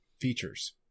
features